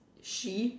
she